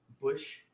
Bush